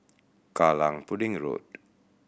Kallang Pudding Road